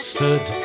Stood